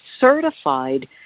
certified